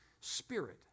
Spirit